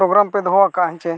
ᱯᱨᱳᱜᱨᱟᱢᱯᱮ ᱫᱚᱦᱚᱣᱠᱟᱜᱼᱟ ᱦᱮᱸᱪᱮ